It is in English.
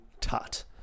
Tut